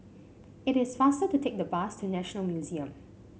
it is faster to take the bus to National Museum